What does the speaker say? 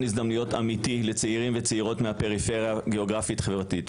הזדמנויות אמיתי לצעירים ולצעירות מהפריפריה הגיאוגרפית החברתית.